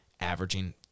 averaging